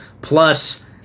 plus